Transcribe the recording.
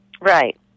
Right